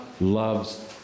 loves